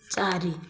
ଚାରି